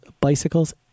bicycles